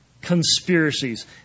conspiracies